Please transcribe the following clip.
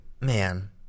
Man